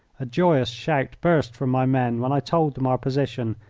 a joyous shout burst from my men when i told them our position,